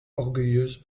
orgueilleuse